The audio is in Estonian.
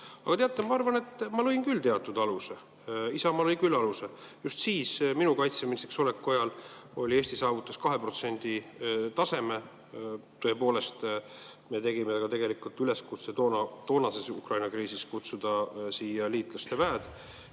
Aga teate, ma arvan, et ma lõin küll teatud aluse. Isamaa lõi küll aluse. Just siis, minu kaitseministriks oleku ajal, Eesti saavutas 2% taseme. Tõepoolest, me tegime tegelikult üleskutse ka toonases Ukraina kriisis kutsuda siia liitlaste väed.